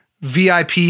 VIP